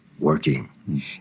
working